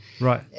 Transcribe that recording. Right